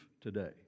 today